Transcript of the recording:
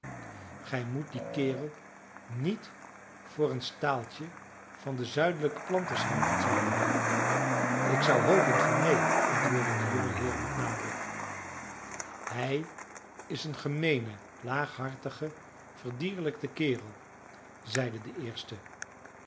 gij moet dien kerel niet voor een staaltje van de zuidelijke planters houden zeide hij ik zou hopen van neen antwoordde de jongeheer met nadruk hij is een gemeene laaghartige verdierlijkte kerel zeide de eerste